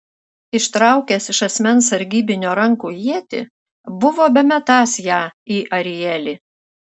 ištraukęs iš asmens sargybinio rankų ietį buvo bemetąs ją į arielį